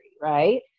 right